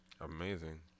Amazing